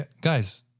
guys